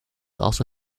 also